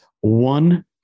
one